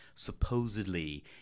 supposedly